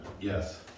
Yes